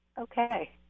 okay